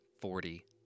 forty